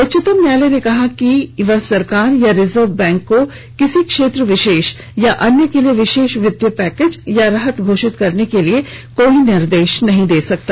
उच्च्तम न्यायालय ने कहा कि वह सरकार या रिजर्व बैंक को किसी क्षेत्र विशेष या अन्य के लिए विशेष वित्तीय पैकेज या राहत घोषित करने के लिए कोई निर्देश नहीं दे सकता